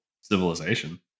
Civilization